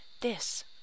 This